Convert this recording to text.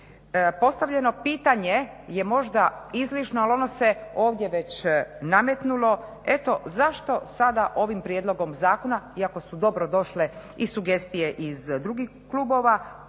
Postavljeno pitanje je možda izlišno, ali ono se ovdje već nametnulo, eto zašto sada ovim prijedlogom zakona iako su dobrodošle i sugestije iz drugih klubova,